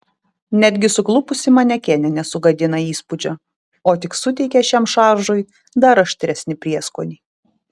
netgi suklupusi manekenė nesugadina įspūdžio o tik suteikia šiam šaržui dar aštresnį prieskonį